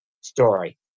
story